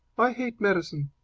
i hate medicine.